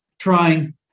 trying